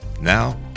Now